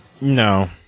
No